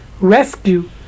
rescue